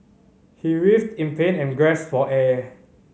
he writhed in pain and for air